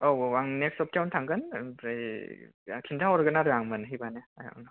औ औ आं नेक्स सफ्थायावनो थांगोन ओमफ्राय खिनथा हरगोन आरो आङो मोनहै बानो